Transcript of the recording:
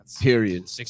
period